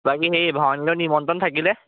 বাকী সেই ভাওনাৰ নিমন্ত্ৰণ থাকিলে